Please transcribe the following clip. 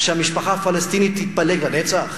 שהמשפחה הפלסטינית תתפלג לנצח?